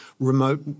remote